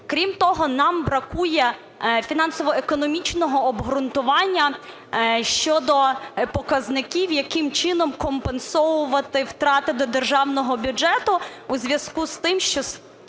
Крім того, нам бракує фінансово-економічного обґрунтування щодо показників яким чином компенсовувати втрати до державного бюджету у зв'язку з тим, що,